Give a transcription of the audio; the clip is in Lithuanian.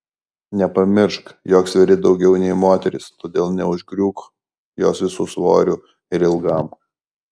nepamiršk jog sveri daugiau nei moteris todėl neužgriūk jos visu svoriu ir ilgam